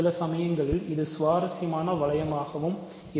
சில சமயங்களில்இது மிக சுவாரசியமான வளையம் ஆகவும் இருக்கும்